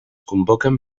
convoquen